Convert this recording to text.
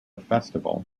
festival